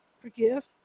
Forgive